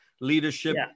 leadership